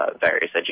various